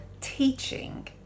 teaching